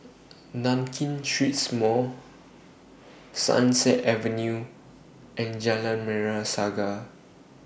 Nankin Street Mall Sunset Avenue and Jalan Merah Saga